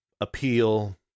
appeal